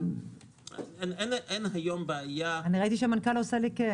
אין היום בעיה --- ראיתי שהמנכ"ל מהנהן בראשו.